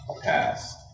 pass